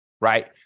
right